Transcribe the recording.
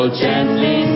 gently